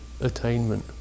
attainment